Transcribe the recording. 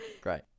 Great